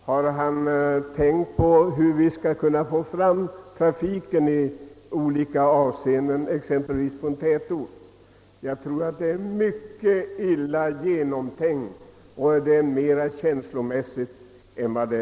Har han tänkt på hur vi skall kunna få fram trafiken, exempelvis i tätorterna? Jag tror att förslaget är mycket illa genomtänkt och att det är mera känslobetonat än reellt.